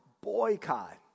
boycott